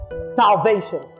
salvation